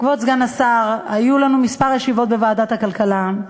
כבוד סגן השר, היו לנו כמה ישיבות בוועדת הכלכלה,